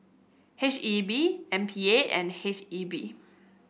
H E B M P A and H E B